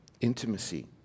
intimacy